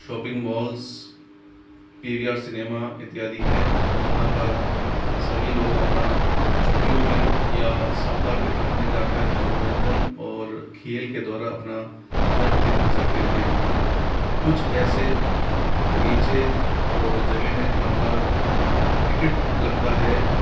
shopping malls P V R cinema इत्यादि हैं जहां पर सभी लोग अपना छुट्टियों में या सफ्ताह के अंत में जाकर मनोरंजन और खेल के द्वारा अपना समय व्यतीत कर सकते हैं कुछ ऐसे बगीचे और जगह हैं जहां पर टिकट लगता है